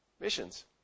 missions